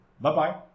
Bye-bye